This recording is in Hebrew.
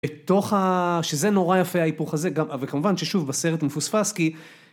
בתוך ה.. שזה נורא יפה, ההיפוך הזה, וכמובן ששוב בסרט מפוספס כי.